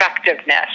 effectiveness